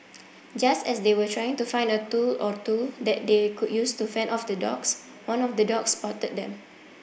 just as they were trying to find a tool or two that they could use to fend off the dogs one of the dogs spotted them